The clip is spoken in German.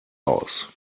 raus